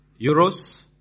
Euros